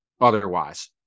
otherwise